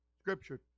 Scripture